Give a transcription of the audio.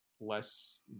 less